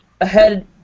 ahead